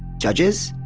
judges,